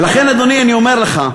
ולכן, אדוני, אני אומר לך: